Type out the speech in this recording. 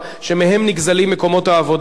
שמהם נגזלים מקומות העבודה.